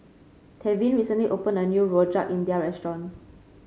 Tevin recently opened a new Rojak India restaurant